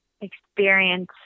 experience